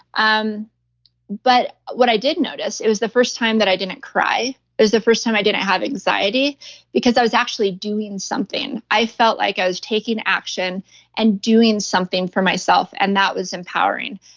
um but what i did notice, it was the first time that i didn't cry. it was the first time i didn't have anxiety because i was actually doing something. i felt like i was taking action and doing something for myself. and that was empowering.